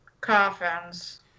coffins